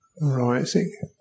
rising